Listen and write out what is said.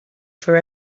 for